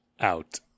Out